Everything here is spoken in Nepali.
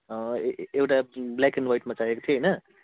ए एउटा ब्ल्याक एन्ड व्हाइट चाहिएको थियो होइन